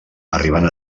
arribant